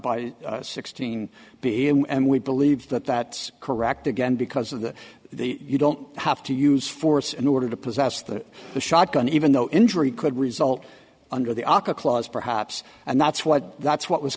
by sixteen b and we believe that that's correct again because of that the you don't have to use force in order to possess that the shotgun even though injury could result under the aca clause perhaps and that's what that's what was